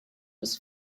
was